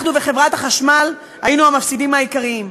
אנחנו וחברת החשמל היינו המפסידים העיקריים.